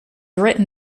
written